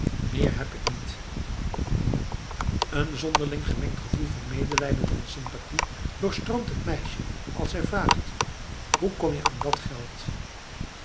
meer heb ik niet een zonderling gemengd gevoel van medelijden en sympathie doorstroomt het meisje als zij vraagt hoe kom je aan dat geld